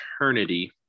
eternity